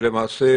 ולמעשה,